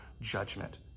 judgment